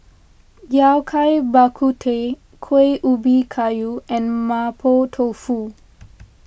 Yao Cai Bak Kut Teh Kuih Ubi Kayu and Mapo Tofu